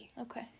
Okay